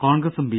കോൺഗ്രസും ബി